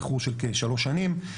באיחור של כשלוש שנים.